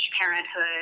parenthood